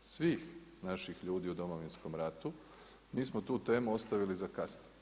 svih naših ljudi u Domovinskom ratu, mi smo tu temu ostavili za kasnije.